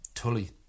Tully